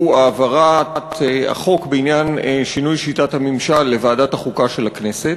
שהוא העברת החוק בעניין שינוי שיטת הממשל לוועדת החוקה של הכנסת.